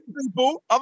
people